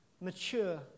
mature